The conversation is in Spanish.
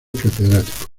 catedrático